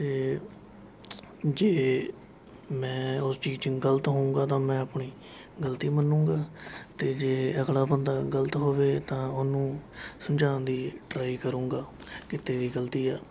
ਅਤੇ ਜੇ ਮੈਂ ਉਸ ਚੀਜ਼ 'ਚ ਗਲਤ ਹੋਵਾਂਗਾ ਤਾਂ ਮੈਂ ਆਪਣੀ ਗਲਤੀ ਮੰਨਾਂਗਾ ਅਤੇ ਜੇ ਅਗਲਾ ਬੰਦਾ ਗਲ਼ਤ ਹੋਵੇ ਤਾਂ ਉਹਨੂੰ ਸਮਝਾਉਣ ਦੀ ਟਰਾਈ ਕਰੂੰਗਾ ਕਿ ਤੇਰੀ ਗਲ਼ਤੀ ਆ